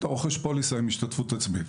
אתה רוכש פוליסה עם השתתפות עצמית.